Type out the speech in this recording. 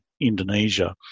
Indonesia